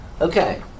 Okay